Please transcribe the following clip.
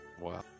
Wow